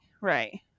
right